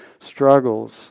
struggles